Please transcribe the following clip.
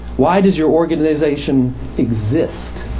why does your organization exist?